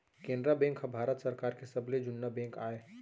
Canara bank ह भारत सरकार के सबले जुन्ना बेंक आय